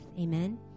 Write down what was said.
Amen